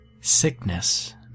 Sickness